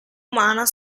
umana